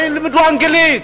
לא ילמדו אנגלית,